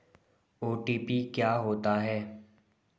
OTP क्या होता है?